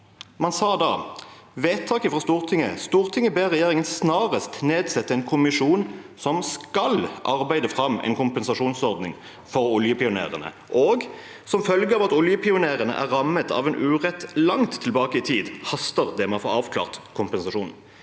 Man sa i vedtaket fra Stortinget: «Stortinget ber regjeringen snarest nedsette en kommisjon som skal arbeide frem en kompensasjonsordning for «oljepionerene.» … Og: «Som følge av at «oljepionerene» er rammet av en urett langt tilbake i tid, haster det med å få avklart kompensasjonsordningen.»